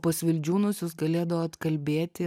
pas vildžiūnus jūs galėdavot kalbėti